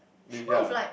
they ya